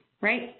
right